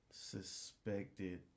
Suspected